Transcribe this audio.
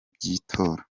by’itora